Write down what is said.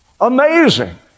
Amazing